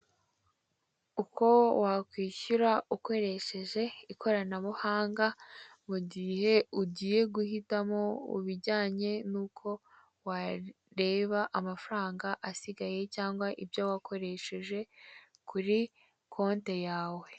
Uko wakwishyura ukoresheje ikoranabuhanga mu gihe ugiye guhitamo ibijyanye nuko wareba amafaranga asigaye cyangwa ibyo wakoresheje kuri konte yawe.